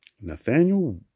Nathaniel